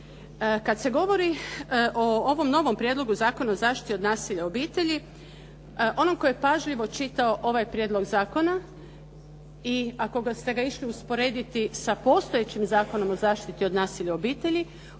Kada se govori o ovom novom Prijedlogu zakona o zaštiti od nasilja u obitelji, onom koji je pažljivo čitao ovaj prijedlog zakona i ako ste ga išli usporediti sa postojećim Zakonom o zaštiti od nasilja u obitelji,